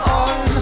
on